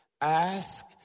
Ask